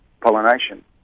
pollination